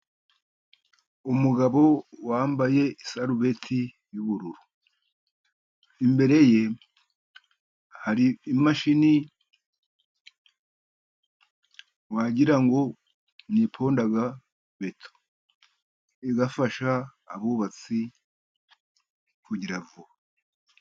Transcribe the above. Umugabo wambaye isarubeti y'ubururu. Imbere ye hari imashini wagira ngo niponda beto, igafasha abubatsi kugira vuba.